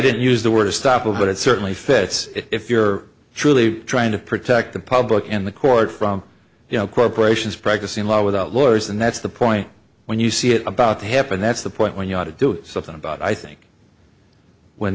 didn't use the word stoppel but it certainly fits if you're truly trying to protect the public and the court from you know corporations practicing law without lawyers and that's the point when you see it about to happen that's the point when you want to do something about i think when